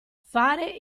fare